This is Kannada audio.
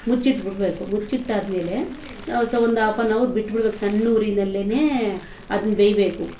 ಮುಚ್ಚಿಟ್ಬಿಡಬೇಕು ಮುಚ್ಚಿಟ್ಟಾದಮೇಲೆ ಸಹ ಒಂದು ಆಫ್ ಆನ್ ಅವರ್ ಬಿಟ್ಬಿಡಬೇಕು ಸಣ್ಣ ಉರಿಯಲ್ಲೆಯೇ ಅದನ್ನು ಬೇಯಬೇಕು